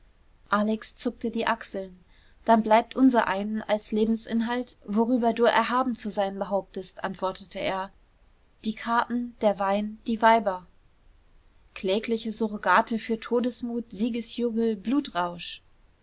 alex zuckte die achseln dann bleibt unsereinem als lebensinhalt worüber du erhaben zu sein behauptest antwortete er die karten der wein die weiber klägliche surrogate für todesmut siegesjubel